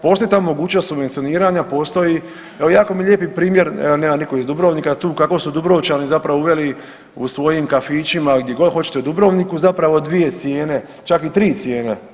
Postoji ta mogućnost subvencioniranja, postoji, evo jako je lijepi primjer nema niko iz Dubrovnika tu kako su Dubrovčani uveli u svojim kafićima gdje god hoćete u Dubrovniku zapravo dvije cijene, čak i tri cijene.